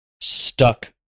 stuck